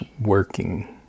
working